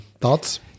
Thoughts